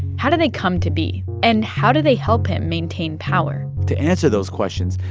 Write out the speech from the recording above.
how do they come to be, and how do they help him maintain power? to answer those questions,